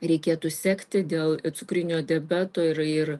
reikėtų sekti dėl cukrinio diabeto ir ir